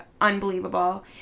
unbelievable